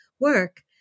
work